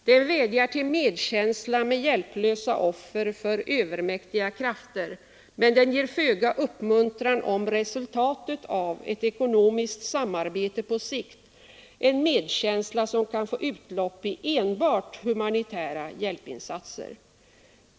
Den vädjar till medkänsla med hjälplösa offer för övermäktiga krafter, men den ger föga uppmuntran om resultatet av ett ekonomiskt samarbete på sikt, en medkänsla som kan få utlopp i enbart humanitära hjälpinsatser.